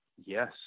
yes